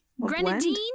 grenadine